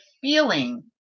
feeling